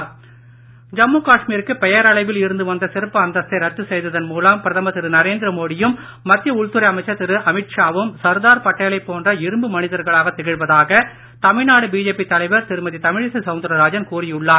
தமிழிசை ஜம்மு காஷ்மீருக்கு பெயரளவில் இருந்து வந்த சிறப்பு அந்தஸ்தை ரத்து செய்ததன் மூலம் பிரதமர் திரு நரேந்திர மோடியும் மத்திய உள்துறை அமைச்சர் திரு அமித்ஷாவும் சர்தார் பட்டேலைப் போன்ற இரும்பு மனிதர்களாகத் திகழ்வதாக தமிழ்நாடு பிஜேபி தலைவர் திருமதி தமிழிசை சவுந்தரராஜன் கூறியுள்ளார்